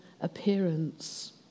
appearance